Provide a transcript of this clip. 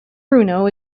bruno